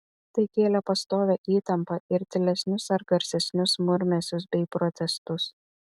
tai kėlė pastovią įtampą ir tylesnius ar garsesnius murmesius bei protestus